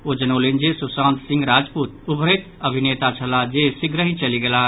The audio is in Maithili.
ओ जनौलनि जे सुशांत सिंह राजपूत उभरैत अभिनेता छलाह जे शीघ्रहि चलि गेलाह